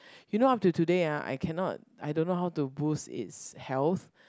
you know up to today ah I cannot I don't know how to boost it's health